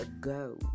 go